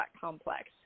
complex